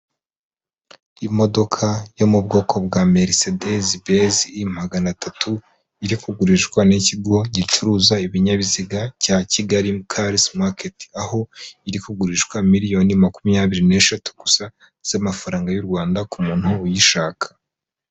Imodoka yo mu bwoko bwa merisedezi bezi i magana atatu iri kugurishwa n'ikigo gicuruza ibinyabiziga cya Kigali karizi maketi, aho iri kugurishwa miliyoni makumyabiri n'eshatu gusa z'amafaranga y'u Rwanda ku muntu uyishaka.